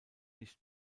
nicht